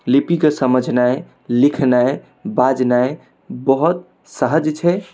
लिपि कऽ समझनाइ लिखनाइ बाजनाइ बहुत सहज छै